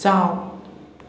ꯆꯥꯎ